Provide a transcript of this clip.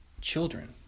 children